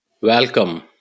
Welcome